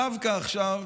דווקא עכשיו,